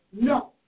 No